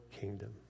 kingdom